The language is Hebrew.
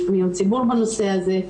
יש פניות ציבור בנושא הזה.